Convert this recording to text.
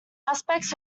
aspects